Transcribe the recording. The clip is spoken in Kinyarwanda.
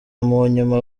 munyuma